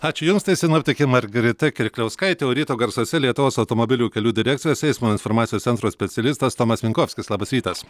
ačiū jums tai sinoptikė margarita kirkliauskaitė o ryto garsuose lietuvos automobilių kelių direkcijos eismo informacijos centro specialistas tomas minkovskis labas rytas